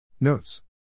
Notes